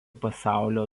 pasaulio